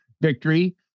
victory